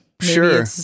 Sure